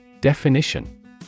Definition